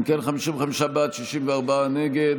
אם כן, 55 בעד, 64 נגד.